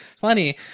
funny